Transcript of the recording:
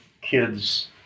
kids